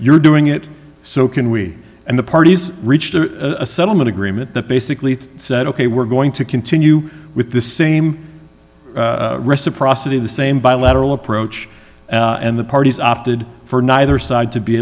you're doing it so can we and the parties reached a settlement agreement that basically said ok we're going to continue with the same reciprocity the same bilateral approach and the parties opted for neither side to be